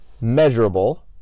measurable